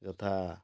ଯଥା